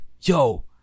yo